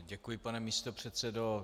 Děkuji, pane místopředsedo.